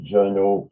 Journal